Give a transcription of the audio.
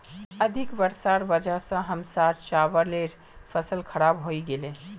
अधिक वर्षार वजह स हमसार चावलेर फसल खराब हइ गेले